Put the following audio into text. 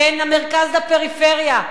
בין המרכז לפריפריה.